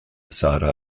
sara